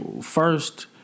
first